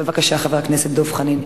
בבקשה, חבר הכנסת דב חנין.